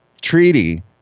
treaty